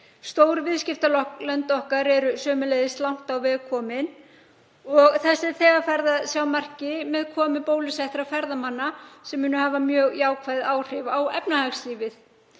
Stór viðskiptalönd okkar eru sömuleiðis langt á veg komin og þess er þegar farið að sjá merki með komu bólusettra ferðamanna sem munu hafa mjög jákvæð áhrif á efnahagslífið.